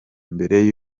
mbere